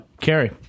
Carrie